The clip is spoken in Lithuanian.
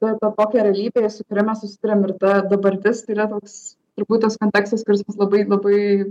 ta tokia realybė su kuria mes susiduriam ir ta dabartis yra toks turbūt tas kontekstas kuris mus labai labai